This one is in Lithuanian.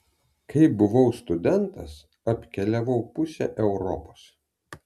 kai buvau studentas apkeliavau pusę europos